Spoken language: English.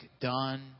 done